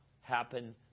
happen